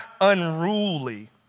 unruly